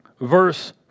verse